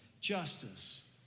justice